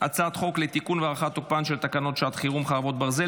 הצעת חוק לתיקון ולהארכת תוקפן של תקנות שעת חירום (חרבות ברזל)